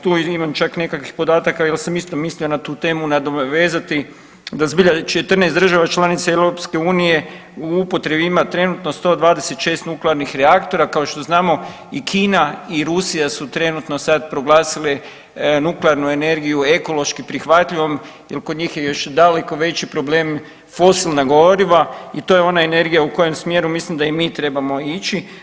Tu imam čak i nekakvih podataka jel sam isto mislio na tu temu nadovezati da zbilja 14 država članica EU u upotrebi ima trenutno 126 nuklearnih reaktora, kao što znamo i Kina i Rusija su trenutno sad proglasile nuklearnu energiju ekološki prihvatljivom jel kod njih je još daleko veći problem fosilna goriva i to je ona energija u kojem smjeru mislim da i mi trebamo ići.